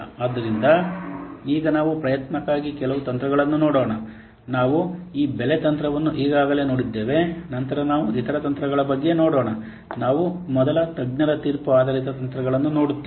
ಆದ್ದರಿಂದ ಈಗ ನಾವು ಪ್ರಯತ್ನಕ್ಕಾಗಿ ಕೆಲವು ತಂತ್ರಗಳನ್ನು ನೋಡೋಣ ನಾವು ಈ ಬೆಲೆ ತಂತ್ರವನ್ನು ಈಗಾಗಲೇ ನೋಡಿದ್ದೇವೆ ನಂತರ ನಾವು ಇತರ ತಂತ್ರಗಳ ಬಗ್ಗೆ ನೋಡೋಣ ನಾವು ಮೊದಲ ತಜ್ಞರ ತೀರ್ಪು ಆಧಾರಿತ ತಂತ್ರಗಳನ್ನು ನೋಡುತ್ತೇವೆ